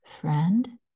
friend